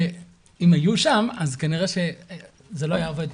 ואם היו שם אז כנראה שזה לא היה עובד פשוט.